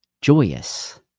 joyous